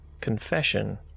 confession